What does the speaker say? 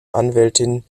anwältin